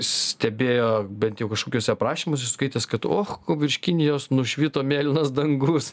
stebėjo bent jau kažkokiuose aprašymuose esu skaitęs kad och ko virš kinijos nušvito mėlynas dangus